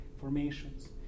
formations